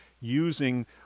using